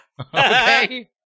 Okay